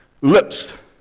lips